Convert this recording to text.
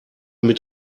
mit